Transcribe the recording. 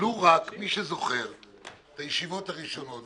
מי שזוכר את הישיבות הראשונות,